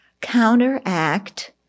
counteract